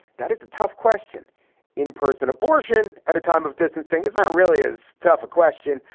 that is a tough question in person. abortion at a time of distancing isn't really as tough a question.